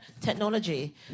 Technology